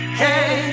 hey